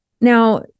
Now